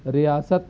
ریاست